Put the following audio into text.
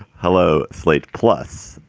hello? slate plus,